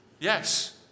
Yes